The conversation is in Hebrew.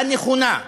הנכונה.